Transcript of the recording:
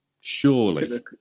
Surely